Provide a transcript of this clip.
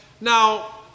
now